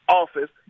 office